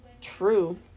True